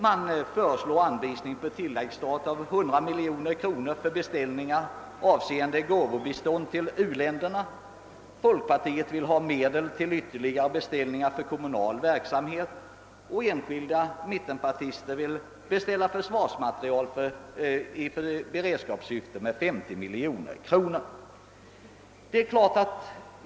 Man föreslår bl.a. anvisning på tilläggsstat av 100 miljoner kronor för beställningar avseende bistånd till u-länderna. Folkpartiet vill ha medel till ytterligare beställningar för kommunal verksamhet, och enskilda mittenpartister vill beställa försvarsmateriel i beredskapssyfte för 50 miljoner kronor.